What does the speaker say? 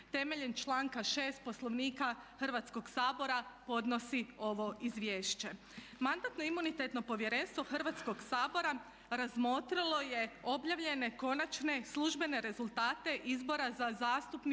temeljem članka 6. Poslovnika Hrvatskoga sabora podnosi ovo izvješće. Mandatno-imunitetno povjerenstvo Hrvatskoga sabora razmotrilo je objavljene konačne službene rezultate izbora za zastupnice